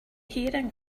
hearing